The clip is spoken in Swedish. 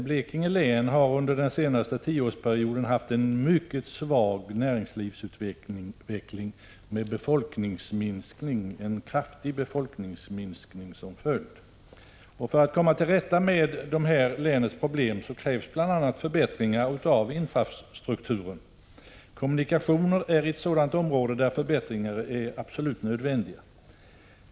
Blekinge län har under den senaste tioårsperioden haft en mycket svag näringslivsutveckling med en kraftig befolkningsminskning som följd. För att komma till rätta med dessa problem i länet krävs bl.a. förbättringar av infrastrukturen. Kommunikationerna är ett område där förbättringar är absolut nödvändiga.